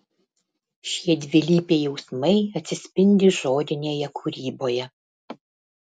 šie dvilypiai jausmai atsispindi žodinėje kūryboje